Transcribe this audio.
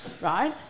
right